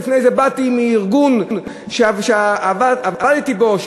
באתי מארגון שעבדתי בו לפני כן,